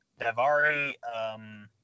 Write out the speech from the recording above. Davari